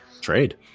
Trade